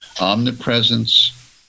omnipresence